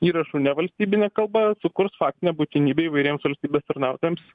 įrašų nevalstybine kalba sukurs faktinę būtinybę įvairiems valstybės tarnautojams